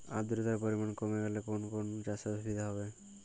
আদ্রতার পরিমাণ কমে গেলে কোন কোন চাষে অসুবিধে হবে?